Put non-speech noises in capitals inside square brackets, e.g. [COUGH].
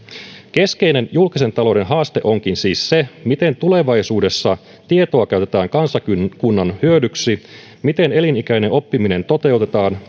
keskeinen julkisen talouden haaste onkin siis se miten tulevaisuudessa tietoa käytetään kansakunnan hyödyksi miten elinikäinen oppiminen toteutetaan [UNINTELLIGIBLE]